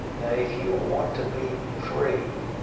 now, if you want to be free,